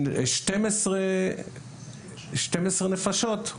12 נפשות,